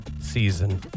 season